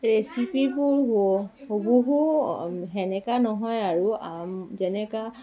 ৰেচিপিবোৰ হুবহু তেনেকা নহয় আৰু যেনেকা